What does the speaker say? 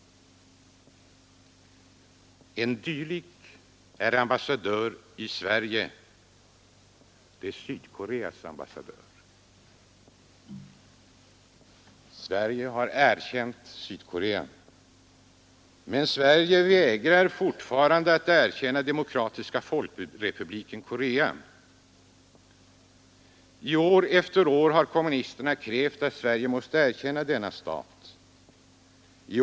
En dylik är ambassadör i Sverige — det är Sydkoreas ambassadör. Sverige har erkänt Sydkorea. Men Sverige vägrar fortfarande att erkänna Demokratiska folkrepubliken Korea. År efter år har kommunisterna krävt att Sverige skall erkänna denna stat.